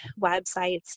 websites